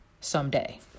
someday